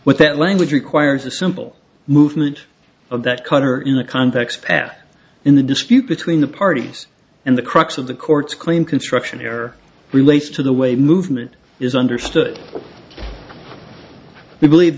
but that language requires a simple movement of that cutter in a context path in the dispute between the parties and the crux of the court's claim construction here relates to the way movement is understood we believe